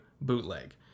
bootleg